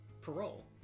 parole